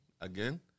again